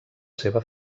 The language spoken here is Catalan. seva